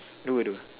dua dua